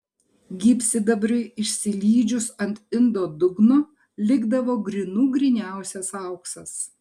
gyvsidabriui išsilydžius ant indo dugno likdavo grynų gryniausias auksas